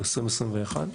באוקטובר 2021,